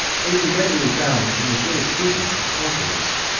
may be readily found in the jurisprudence of conquerors.